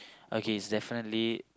okay it's definitely